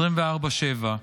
24/7,